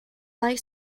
like